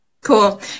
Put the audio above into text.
Cool